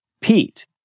Pete